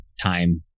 time